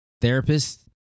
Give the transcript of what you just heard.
therapist